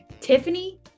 Tiffany